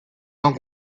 sans